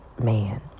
man